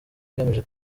igamije